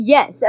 Yes